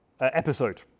episode